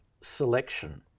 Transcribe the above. selection